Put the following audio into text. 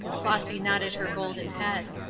flossy nodded her golden head.